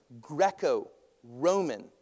Greco-Roman